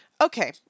okay